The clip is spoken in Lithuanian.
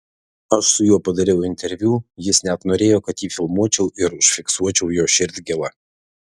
aš su juo padariau interviu jis net norėjo kad jį filmuočiau ir užfiksuočiau jo širdgėlą